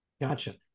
Gotcha